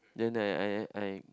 then I I I